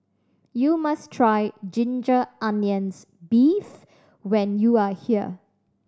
you must try ginger onions beef when you are here